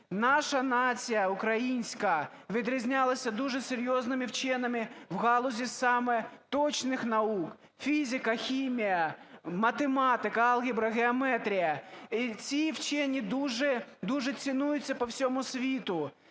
Наша нація українська відрізнялася дуже серйозними вченими в галузі саме точних наук: фізика, хімія, математика, алгебра, геометрія. І ці вчені дуже цінуються по всьому світу.